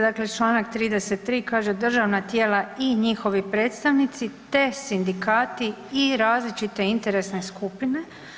Dakle, čl. 33. kaže državna tijela i njihovi predstavnici, te sindikati i različite interesne skupine.